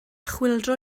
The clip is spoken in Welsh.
chwyldro